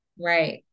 right